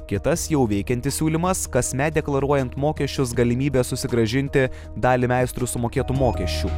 kitas jau veikiantis siūlymas kasmet deklaruojant mokesčius galimybė susigrąžinti dalį meistrui sumokėtų mokesčių